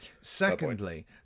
Secondly